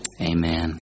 Amen